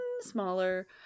smaller